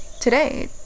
today